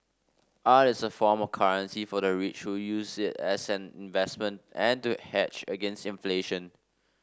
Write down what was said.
art is a form of currency for the rich who use it as an investment and to hedge against inflation